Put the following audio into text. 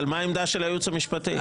מה העמדה של הייעוץ המשפטי?